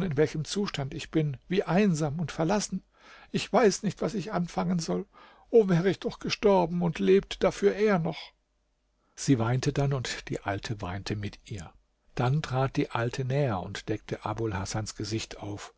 in welchem zustand ich bin wie einsam und verlassen ich weiß nicht was ich anfangen soll o wäre ich doch gestorben und lebte dafür er noch sie weinte dann und die alte weinte mit ihr dann trat die alte näher und deckte abul hasans gesicht auf